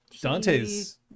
Dante's